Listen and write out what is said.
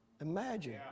imagine